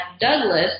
Douglas